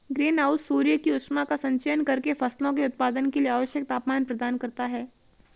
green house सूर्य की ऊष्मा का संचयन करके फसलों के उत्पादन के लिए आवश्यक तापमान प्रदान करता है